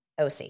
OC